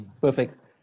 Perfect